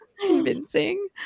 convincing